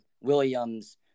Williams